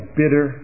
bitter